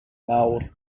mawr